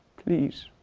please,